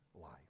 life